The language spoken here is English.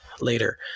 later